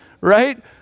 Right